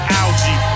algae